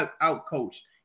out-coached